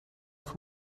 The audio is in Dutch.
voor